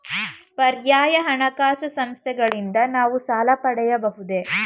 ಪರ್ಯಾಯ ಹಣಕಾಸು ಸಂಸ್ಥೆಗಳಿಂದ ನಾವು ಸಾಲ ಪಡೆಯಬಹುದೇ?